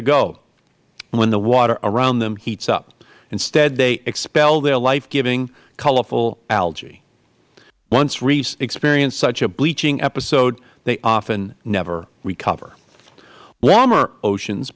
to go when the water around them heats up instead they expel their life giving colorful algae once reefs experience such a bleaching episode they often never recover warmer oceans